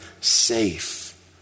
safe